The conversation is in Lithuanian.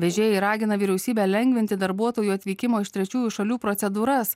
vežėjai ragina vyriausybę lengvinti darbuotojų atvykimo iš trečiųjų šalių procedūras